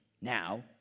now